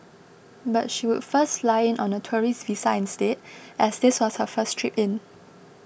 but she would first fly in on a tourist visa instead as this was her first trip in